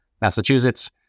Massachusetts